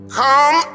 come